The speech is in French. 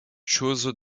choses